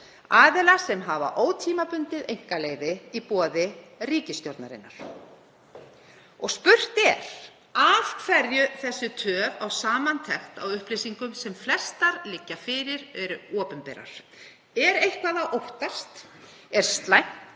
aðila sem hafa ótímabundið einkaleyfi í boði ríkisstjórnarinnar. Spurt er: Af hverju er þessi töf á samantekt á upplýsingum sem flestar liggja fyrir eða eru opinberar? Er eitthvað að óttast? Er slæmt